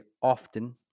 often